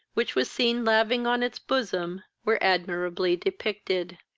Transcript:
which was seen laving on its bosom were admirably depicted.